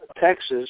Texas